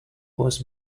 was